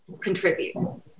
contribute